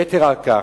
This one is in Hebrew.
יתר על כך,